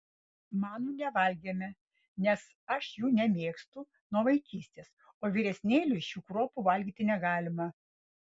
manų nevalgėme nes aš jų nemėgstu nuo vaikystės o vyresnėliui šių kruopų valgyti negalima